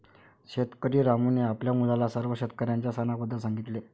शेतकरी रामूने आपल्या मुलाला सर्व शेतकऱ्यांच्या सणाबद्दल सांगितले